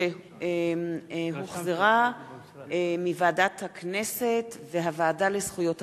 שהחזירה הוועדה לזכויות הילד.